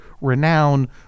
renown